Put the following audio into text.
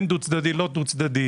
כן דו צדדי או לא דו צדדי,